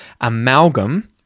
amalgam